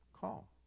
Call